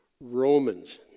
Romans